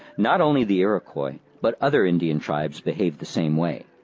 not only the iroquois but other indian tribes behaved the same way.